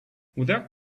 without